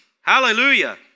Hallelujah